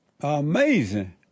Amazing